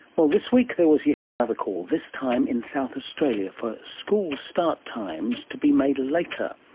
well, this week there was yet another call, this time in south australia, for school start times to be made later,